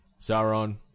Sauron